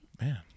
man